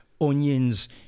onions